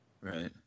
Right